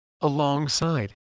alongside